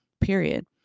period